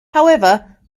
however